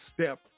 step